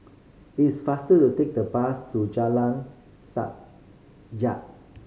it is faster to take the bus to Jalan Sajak